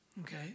Okay